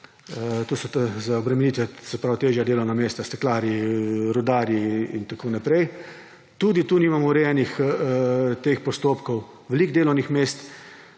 se pravi težja delovna mesta, steklarji, rudarji in tako naprej. Tudi tu nimamo urejenih teh postopkov. Veliko delovnih mest